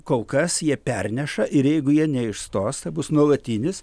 kol kas jie perneša ir jeigu jie neišstos tai bus nuolatinis